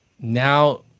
Now